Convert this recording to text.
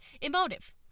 Emotive